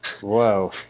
Whoa